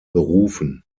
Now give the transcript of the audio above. berufen